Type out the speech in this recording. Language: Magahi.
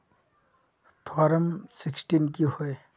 फारम सिक्सटीन की होय?